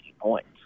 points